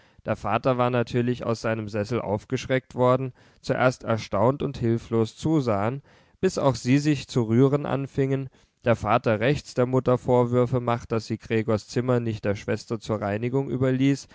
der vater war natürlich aus seinem sessel aufgeschreckt worden zuerst erstaunt und hilflos zusahen bis auch sie sich zu rühren anfingen der vater rechts der mutter vorwürfe machte daß sie gregors zimmer nicht der schwester zur reinigung überließ